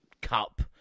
cup